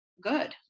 good